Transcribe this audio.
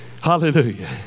Hallelujah